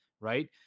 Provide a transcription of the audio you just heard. right